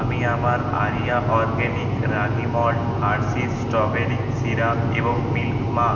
আমি আমার Aria organic ragi malt Hershey's strawberry syrup এবং মিল্ক মা